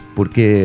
Porque